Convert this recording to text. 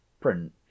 print